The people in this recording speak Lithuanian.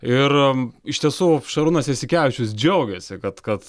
ir iš tiesų šarūnas jasikevičius džiaugėsi kad kad